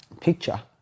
picture